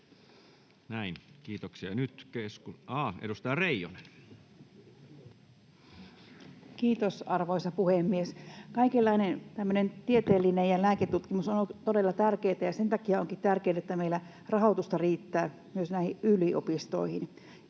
Kiitos, arvoisa puhemies! Kaikenlainen tämmöinen tieteellinen ja lääketutkimus on todella tärkeätä, ja sen takia onkin tärkeätä, että meillä rahoitusta riittää myös näihin yliopistoihin.